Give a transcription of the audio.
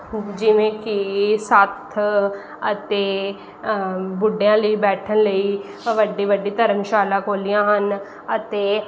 ਜਿਵੇਂ ਕੀ ਸੱਥ ਅਤੇ ਬੁੱਢਿਆਂ ਲਈ ਬੈਠਣ ਲਈ ਵੱਡੇ ਵੱਡੇ ਧਰਮਸ਼ਾਲਾ ਖੋਲੀਆਂ ਹਨ ਅਤੇ